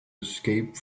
escape